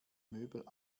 möbel